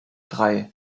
drei